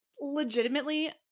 legitimately